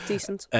Decent